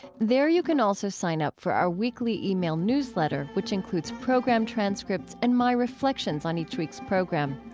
there you can also sign up for our weekly ah e-mail newsletter, which includes program transcripts and my reflections on each week's program.